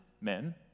men